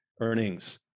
earnings